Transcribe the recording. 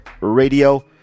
radio